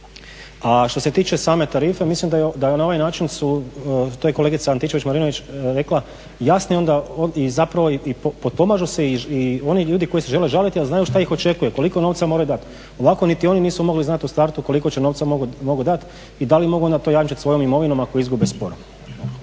A što se tiče same tarife, mislim da na ovaj način su, to je kolegica Antičević-Marinović rekla, jasni i zapravo potpomažu se i oni ljudi koji se žele žaliti, a znaju što ih očekuje, koliko novca moraju dati. Ovako niti oni nisu mogli znati u startu koliko će novca mogu dati i da li mogu na to jamčiti svojom imovinom ako izgube spor.